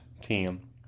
team